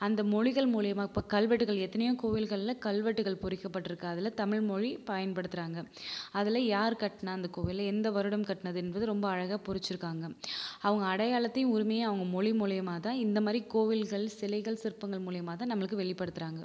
அந்த மொழிகள் மூலிமா இப்போ கல்வெட்டுகள் எத்தனையோ கோவில்களில் கல்வெட்டுகள் பொறிக்கப்பட்டுருக்கு அதில் தமிழ்மொழி பயன்படுத்துறாங்க அதில் யார் கட்டினா அந்த கோவில் எந்த வருடம் கட்டினது என்பது ரொம்ப அழகாக பொறிச்சுருக்காங்க அவங்க அடையாளத்தையும் உரிமையும் அவங்க மொழி மூலிமா தான் இந்த மாதிரி கோவில்கள் சிலைகள் சிற்பங்கள் மூலிமா தான் நம்மளுக்கு வெளிப்படுத்துகிறாங்க